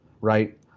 right